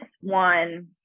one